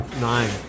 Nine